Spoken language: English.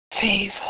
Favor